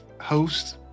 host